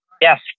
Yes